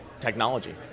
technology